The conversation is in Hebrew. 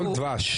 דבש.